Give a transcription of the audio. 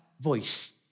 voice